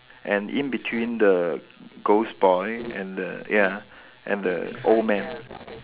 and in between the ghost boy and the ya and the old man